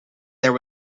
there